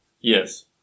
Yes